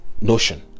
notion